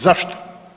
Zašto?